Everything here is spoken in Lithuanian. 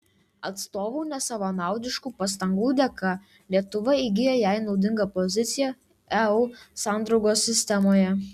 atstovų nesavanaudiškų pastangų dėka lietuva įgyja jai naudingą poziciją eu sandraugos sistemoje